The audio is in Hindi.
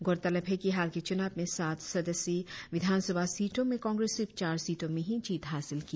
गौरतलब है कि हाल के चुनाव में साठ सदस्यी विधान सभा सीटों में कांग्रेस सिर्फ चार सीटों में ही जीत हासिल की